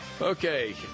Okay